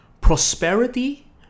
Prosperity